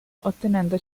ottenendo